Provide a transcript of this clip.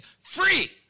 free